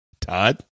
Todd